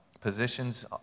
positions